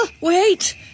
wait